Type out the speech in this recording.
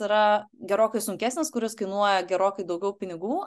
yra gerokai sunkesnis kuris kainuoja gerokai daugiau pinigų